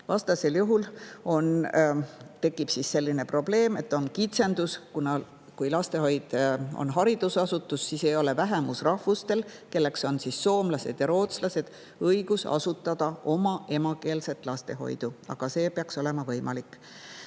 Vastasel juhul tekib selline probleem, et on kitsendus: kui lastehoid on haridusasutus, siis ei ole vähemusrahvustel, kelleks on soomlased ja rootslased, õigus asutada oma emakeelset lastehoidu. Aga see peaks olema võimalik.